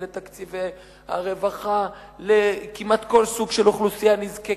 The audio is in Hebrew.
את תקציבי הרווחה לכמעט כל סוג של אוכלוסייה נזקקת,